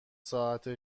ساعت